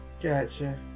Gotcha